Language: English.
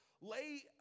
lay